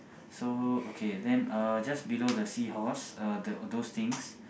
so okay then uh just below the seahorse uh the the those things